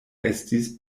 estis